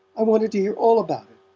i wanted to hear all about it.